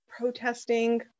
protesting